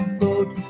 boat